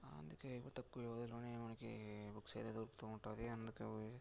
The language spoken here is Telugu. అందుకే ఇంత తక్కువ వ్యవధిలోనే మనకి బుక్స్ అయితే దొరుకుతూ ఉంటుంది అందుకే